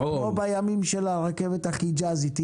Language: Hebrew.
כמו בימים של הרכבת החיג'זית,